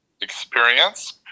experience